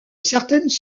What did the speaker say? certaines